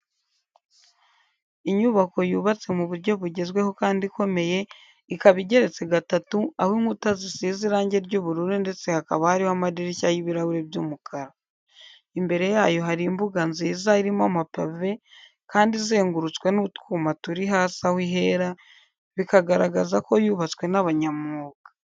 Inyubako yubatse mu buryo bugezweho kandi ikomeye, ikaba igeretse gatatu, aho inkuta zisize irangi ry'ubururu ndetse hakaba hariho amadiriya y'ibirahure by'umukara. Imbere yayo hari imbuga nziza irimo amapave, kandi izengurutswe n'utwuma turi hasi aho ihera bikagaragaza ko yubatswe n'abanyamwuga.